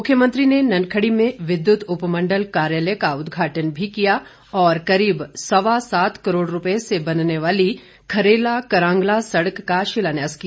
मुख्यमंत्री ने ननखड़ी में विद्युत उपमंडल कार्यालय का उद्घाटन भी किया और करीब सवा सात करोड़ रुपए से बनने वाली खरेला करांगला सड़क का शिलान्यास किया